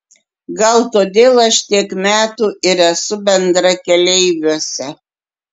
gal todėl aš tiek metų ir esu bendrakeleiviuose